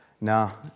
Now